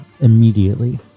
immediately